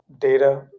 data